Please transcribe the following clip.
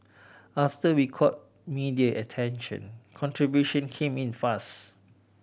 after we caught media attention contribution came in fast